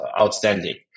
outstanding